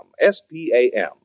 S-P-A-M